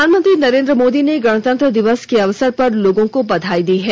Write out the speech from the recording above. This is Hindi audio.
प्रधानमंत्री नरेन्द्र मोदी ने गणतंत्र दिवस के अवसर पर लोगों को बधाई दी है